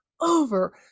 over